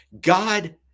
God